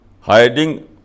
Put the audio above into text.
hiding